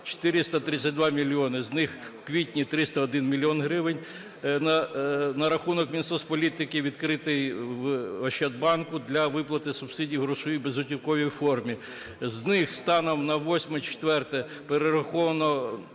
432 мільйони; з них у квітні 301 мільйон гривень на рахунок Мінсоцполітики відкритий у "Ощадбанку" для виплати субсидій у грошовій безготівковій формі; з них станом на 08.04 перераховано